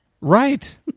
Right